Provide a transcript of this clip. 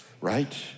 right